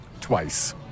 twice